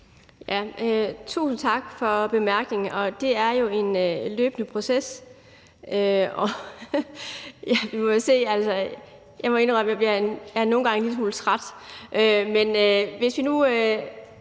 Tusind tak for bemærkningen, og ja, det er jo en løbende proces. Nu må vi se. Jeg må indrømme, at jeg nogle gange bliver